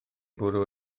bwrw